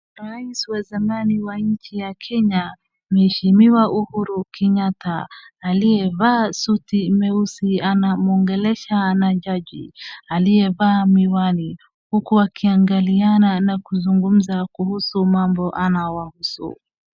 Rais wa zamani wa nchi ya Kenya, mheshimiwa Uhuru Kenyatta, aliyevaa suti meusi anamwongelesha na jaji, aliyevaa miwani, huku akiangaliana na kuzungumza kuhusu mambo anawahusu.